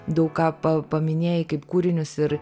daug ką pa paminėjai kaip kūrinius ir